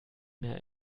mehr